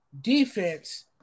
defense